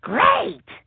Great